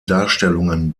darstellungen